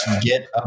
get